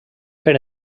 per